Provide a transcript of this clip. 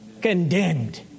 Condemned